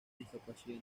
discapacidad